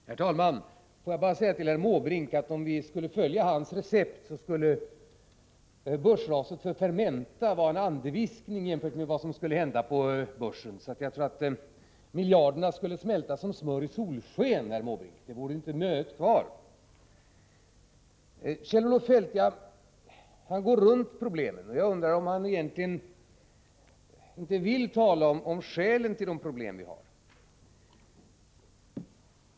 Herr talman! Får jag bara säga till herr Måbrink, att om vi skulle följa hans recept, skulle börsraset bli så stort att börsraset för Fermenta vid en jämförelse skulle framstå som en andeviskning. Jag tror att miljarderna skulle smälta som smör i solsken, herr Måbrink, och det skulle inte bli mycket kvar. Kjell-Olof Feldt går runt problemen. Jag undrar om han egentligen inte vill tala om skälen till de problem vi har.